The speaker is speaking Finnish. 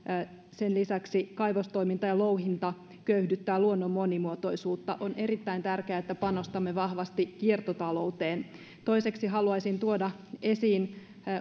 sen lisäksi kaivostoiminta ja louhinta köyhdyttävät luonnon monimuotoisuutta on erittäin tärkeää että panostamme vahvasti kiertotalouteen toiseksi haluaisin tuoda esiin